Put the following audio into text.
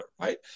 right